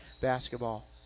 basketball